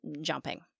jumping